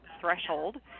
threshold